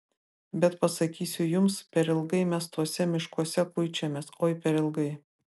bet pasakysiu jums per ilgai mes tuose miškuose kuičiamės oi per ilgai